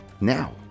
now